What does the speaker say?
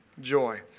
Joy